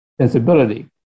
sensibility